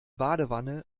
badewanne